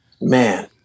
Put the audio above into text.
man